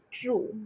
true